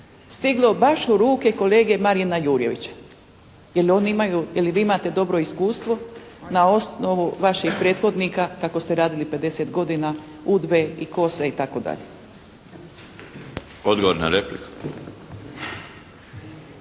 stiglo baš u ruke kolege Marijana Jurjevića. Je li vi imate dobro iskustvo na osnovu vaših prethodnika, kako ste radili 50 godina UDBA-e i KOS-a itd. **Milinović,